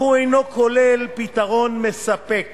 אך הוא אינו כולל פתרון מספק